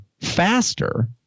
faster